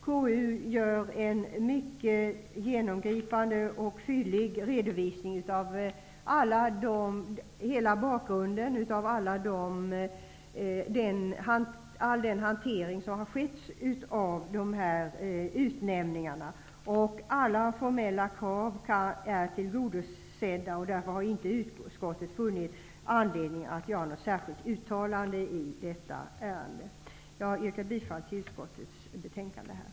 KU gör en mycket genomgripande och fyllig redovisning av hela den hantering som skett av dessa utnämningar. Alla formella krav är tillgodosedda, och därför har utskottet inte funnit anledning att göra något särskilt uttalande i detta ärende. Jag yrkar att utskottets skrivning godkänns.